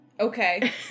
Okay